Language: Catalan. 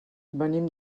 venim